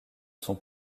son